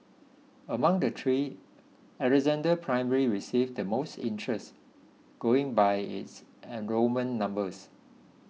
among the three Alexandra Primary received the most interest going by its enrolment numbers